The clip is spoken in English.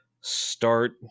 start